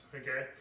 okay